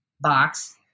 box